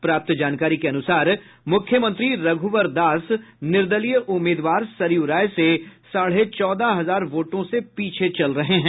प्राप्त जानकारी के अनुसार मुख्यमंत्री रघुबर दास निर्दलीय उम्मीदवार सरयू राय से साढ़े चौदह हजार वोटों से पीछे चल रहे हैं